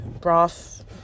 broth